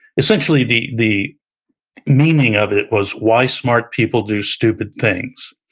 essentially, the the meaning of it was why smart people do stupid things.